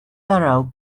thorough